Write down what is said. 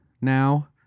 now